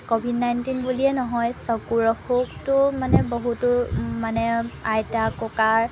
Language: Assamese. ক'ভিড নাইণ্টিন বুলিয়ে নহয় চকুৰ অসুখটো মানে বহুতো মানে আইতা ককাৰ